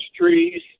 trees